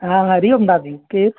हा हरिओम भाभी केरु